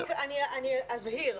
אני אבהיר.